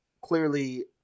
clearly